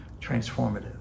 transformative